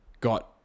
got